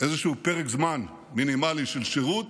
איזשהו פרק זמן מינימלי של שירות